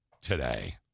today